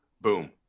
boom